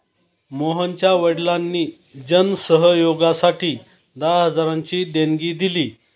मोहनच्या वडिलांनी जन सहयोगासाठी दहा हजारांची देणगी दिली